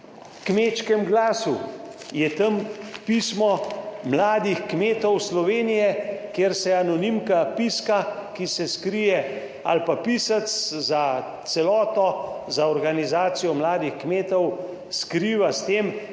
Kmečkem glasu je tam pismo mladih kmetov Slovenije, kjer se anonimka piska, ki se skrije ali pa pisec za celoto, za organizacijo mladih kmetov skriva s tem,